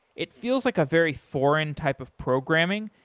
it feels like a very foreign type of programming.